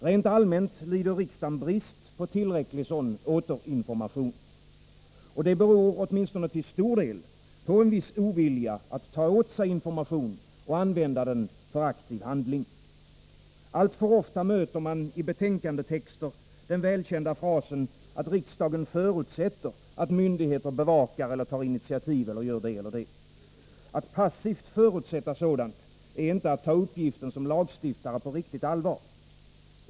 Rent allmänt lider riksdagen brist på tillräcklig sådan återinformation, och detta beror åtminstone till stor del på en viss ovilja att ta åt sig information och använda den för aktiv handling. Allt för ofta möter man i betänkandetexter den välkända frasen att ”riksdagen förutsätter” att myndigheter bevakar eller tar initiativ. Att passivt förutsätta sådant är att inte ta uppgiften som lagstiftare på riktigt allvar.